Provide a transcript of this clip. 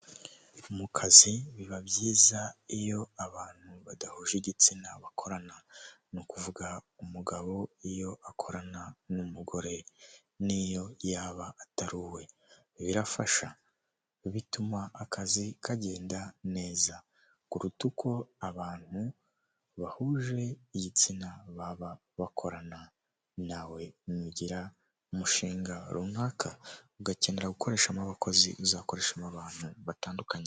Mu kazi biba byiza iyo abantu badahuje igitsina bakorana, ni ukuvuga umugabo iyo akorana n'umugore n'iyo yaba atari uwe birafasha, bituma akazi kagenda neza kuruta uko abantu bahuje igitsina baba bakorana, na we nugira umushinga runaka ugakenera gukoreshamo abakozi, uzakoresha mu abantu batandukanye.